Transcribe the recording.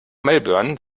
melbourne